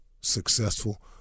successful